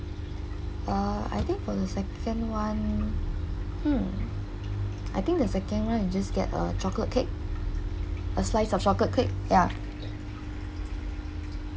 err I think for the second [one] hmm I think the second [one] we just get a chocolate cake a slice of chocolate cake ya